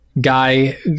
guy